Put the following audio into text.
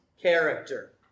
character